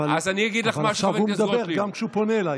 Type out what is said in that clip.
אבל הוא פנה אליי,